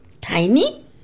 tiny